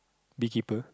bee keeper